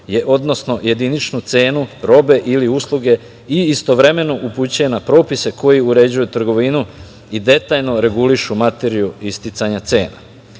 odnosno jediničnu cenu robe ili usluge i istovremeno upućuje na propise koji uređuju trgovinu i detaljno regulišu materiju isticanja cena.